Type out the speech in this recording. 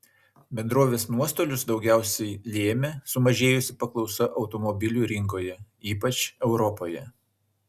bendrovės nuostolius daugiausiai lėmė sumažėjusi paklausa automobilių rinkoje ypač europoje